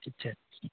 अच्छा